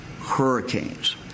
hurricanes